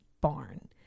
barn